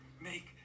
make